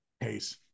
case